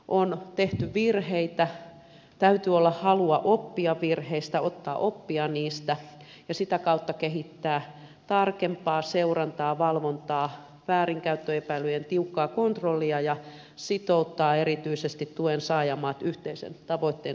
on tehty virheitä täytyy olla halua oppia virheistä ottaa oppia niistä ja sitä kautta kehittää tarkempaa seurantaa valvontaa väärinkäyttöepäilyjen tiukkaa kontrollia ja sitouttaa erityisesti tuen saajamaat yhteisen tavoitteen saavuttamiseen